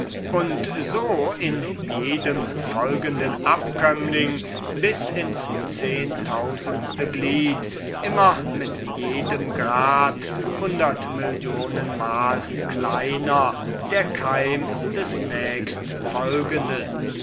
und so in jedem folgenden abkömmling bis ins tausendste glied immer mit jedem grad mal kleiner der keim des nächstfolgenden